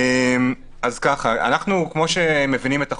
כפי שמבינים את החוק,